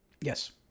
Yes